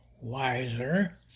wiser